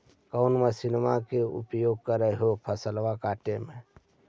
कौन मसिंनमा के उपयोग कर हो फसलबा काटबे में?